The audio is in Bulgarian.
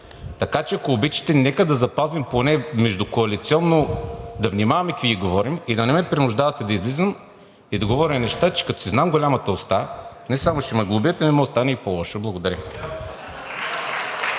Така че, ако обичате, поне междукоалиционно да внимаваме какви ги говорим и да не ме принуждавате да излизам и да говоря неща, че като си знам голямата уста, не само ще ме глобят, ами може да стане и по-лошо. Благодаря.